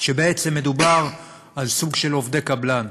שבעצם מדובר על סוג של עובדי קבלן.